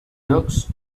llocs